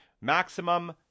maximum